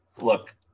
look